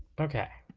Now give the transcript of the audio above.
okay